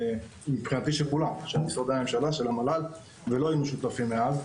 מבחינתי של כולם של משרדי הממשלה והמל"ל ולא היינו שותפים מאז.